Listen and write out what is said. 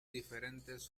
diferentes